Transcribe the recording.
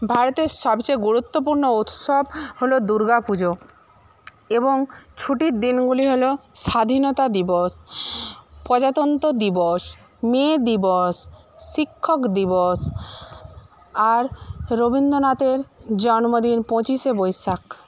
ভারতের সবচেয়ে গুরুত্বপূর্ণ উৎসব হল দুর্গা পুজো এবং ছুটির দিনগুলি হল স্বাধীনতা দিবস প্রজনতন্ত্র দিবস মে দিবস শিক্ষক দিবস আর রবীন্দ্রনাথের জন্মদিন পঁচিশে বৈশাখ